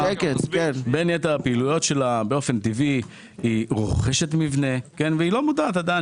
בין יתר הפעילויות שלה באופן טבעי היא רוכשת מבנה והיא לא מודעת עדיין